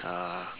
uh